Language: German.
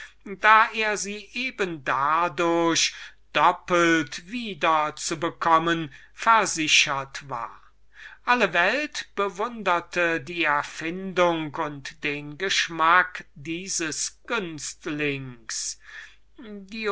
da er sie eben dadurch doppelt wieder zu bekommen versichert war alle welt bewunderte die erfindungen und den geschmack dieses günstlings dionys